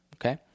Okay